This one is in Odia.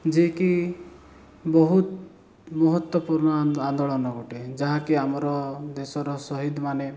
ଯେକି ବହୁତ ମହତ୍ୱପୂର୍ଣ୍ଣ ଆନ୍ଦୋଳନ ଅଟେ ଯାହାକି ଆମର ଦେଶର ଶହୀଦ୍ମାନେ